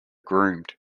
groomed